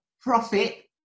profit